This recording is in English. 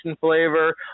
flavor